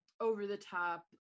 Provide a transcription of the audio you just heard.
over-the-top